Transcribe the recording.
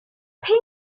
pinc